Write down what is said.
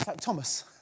Thomas